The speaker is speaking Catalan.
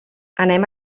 anem